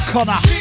Connor